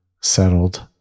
settled